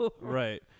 Right